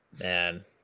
Man